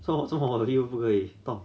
做么做么我又不可以 stop